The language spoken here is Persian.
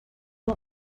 اون